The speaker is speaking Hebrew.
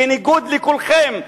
בניגוד לכולכם,